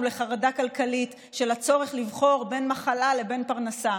לחרדה כלכלית בשל הצורך לבחור בין מחלה לבין פרנסה.